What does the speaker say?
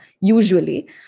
usually